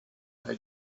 how